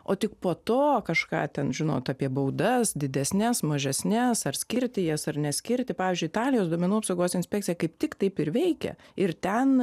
o tik po to kažką ten žinot apie baudas didesnes mažesnes ar skirti jas ar neskirti pavyzdžiui italijos duomenų apsaugos inspekcija kaip tik taip ir veikia ir ten